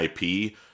IP